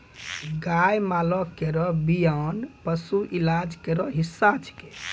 गाय माल केरो बियान पशु इलाज केरो हिस्सा छिकै